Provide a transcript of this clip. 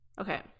Okay